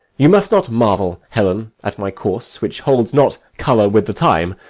you must not marvel, helen, at my course, which holds not colour with the time,